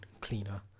cleaner